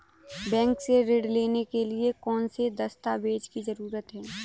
Bank से ऋण लेने के लिए कौन से दस्तावेज की जरूरत है?